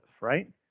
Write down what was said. right